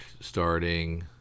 starting